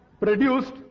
produced